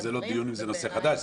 זה לא דיון אם זה נושא חדש.